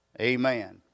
amen